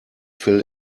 fill